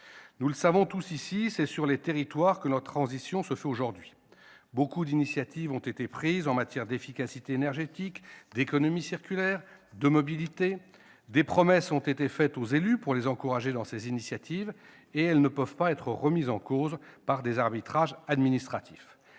Nous le savons tous ici, c'est sur les territoires que la transition se fait aujourd'hui. De nombreuses initiatives ont été prises en matière d'efficacité énergétique, d'économie circulaire et de mobilité. Des promesses ont été faites aux élus pour les encourager dans ces initiatives ; elles ne peuvent être remises en cause par des arbitrages administratifs.